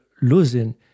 losing